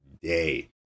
day